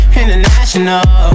international